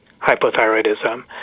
hypothyroidism